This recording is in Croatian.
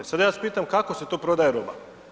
Sad ja vas pitam kako se to prodaje roba?